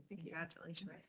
congratulations